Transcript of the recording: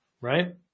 right